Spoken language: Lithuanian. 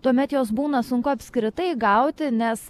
tuomet jos būna sunku apskritai gauti nes